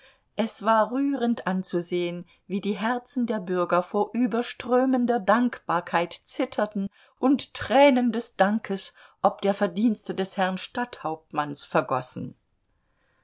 es war rührend anzusehen wie die herzen der bürger vor überströmender dankbarkeit zitterten und tränen des dankes ob der verdienste des herrn stadthauptmanns vergossen